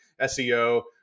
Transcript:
SEO